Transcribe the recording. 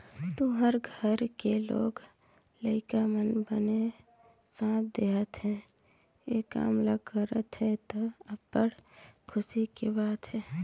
तुँहर घर के लोग लइका मन बने साथ देहत हे, ए काम ल करत हे त, अब्बड़ खुसी के बात हे